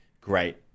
great